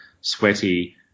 sweaty